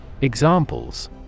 Examples